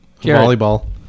volleyball